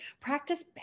practice